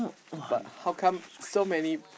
but how come so many